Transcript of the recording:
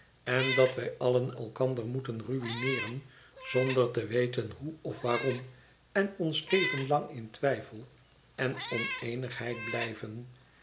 en dat wij allen elkander moeten ruïneeren zonder te weten hoe of waarom en ons leven lang in twijfel en oneenigheid blijven